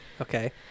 Okay